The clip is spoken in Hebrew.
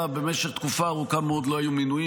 במשך תקופה ארוכה מאוד לא היו מינויים,